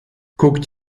guckt